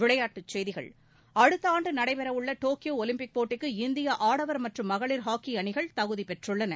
விளையாட்டுச்செய்திகள் அடுத்த ஆண்டு நடைபெற உள்ள டோக்கியோ ஒலிம்பிக் போட்டிக்கு இந்திய ஆடவர் மற்றும் மகளிர் ஹாக்கி அணிகள் தகுதி பெற்றுள்ளன